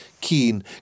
keen